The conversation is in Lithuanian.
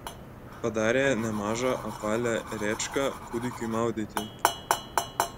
padarė nemažą apvalią rėčką kūdikiui maudyti